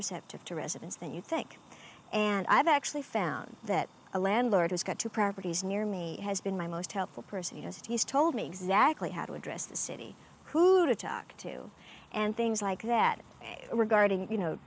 receptive to residents than you think and i've actually found that a landlord has got two properties near me has been my most helpful person yes he's told me exactly how to address the city who to talk to and things like that regarding you know